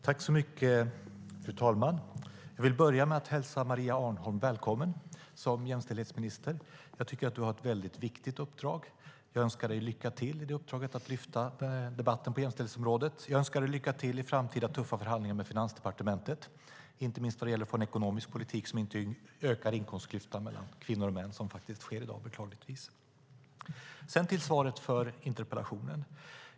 Fru talman! Jag vill börja med att hälsa Maria Arnholm välkommen som jämställdhetsminister. Jag tycker att du har ett väldigt viktigt uppdrag, och jag önskar dig lycka till i uppdraget att lyfta debatten på jämställdhetsområdet. Jag önskar dig lycka till i framtida tuffa förhandlingar med Finansdepartementet, inte minst när det gäller att få en ekonomisk politik som inte ökar inkomstklyftan mellan kvinnor och män, något som beklagligtvis sker i dag. Sedan till svaret på interpellationen.